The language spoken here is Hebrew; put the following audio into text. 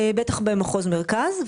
בטח במחוז מרכז.